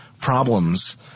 problems